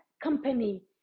company